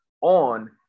on